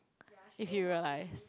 if you realize